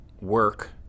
work